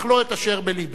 אך לא את אשר בלבנו.